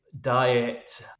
diet